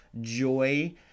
joy